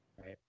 Right